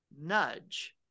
nudge